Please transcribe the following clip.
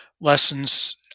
lessons